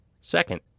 Second